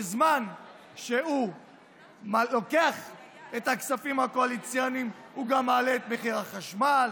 בזמן שהוא לוקח את הכספים הקואליציוניים הוא גם מעלה את מחיר החשמל,